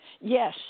Yes